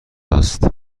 است